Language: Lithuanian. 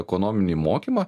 ekonominį mokymą